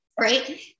right